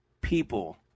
people